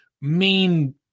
main